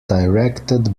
directed